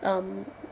um